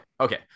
Okay